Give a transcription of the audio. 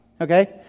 Okay